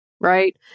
right